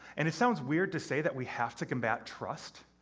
and it sounds weird to say that we have to combat trust,